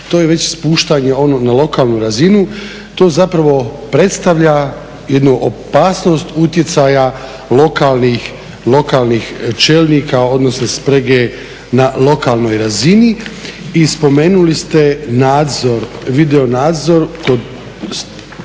To je već spuštanje na lokalnu razinu, to zapravo predstavlja jednu opasnost utjecaja lokalnih čelnika, odnosno sprege na lokalnoj razini. I spomenuli ste nadzor, video nadzor kod